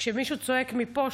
כשמישהו צועק מפה,